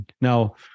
Now